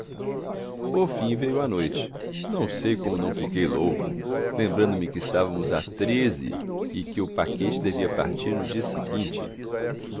por fim veio a noite não sei como não fiquei louco lembrando-me de que estávamos a e que o paquete devia partir no dia seguinte